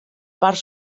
part